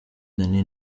danny